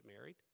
married